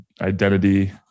identity